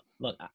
look